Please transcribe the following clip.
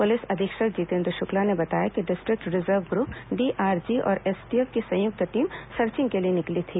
police अधीक्षक जितेन्द्र शुक्ला ने बताया कि डिस्ट्रिक्ट रिजर्व ग्रूप डीआरजी और एसटीएफ की संयुक्त टीम सर्चिंग के लिए निकली थी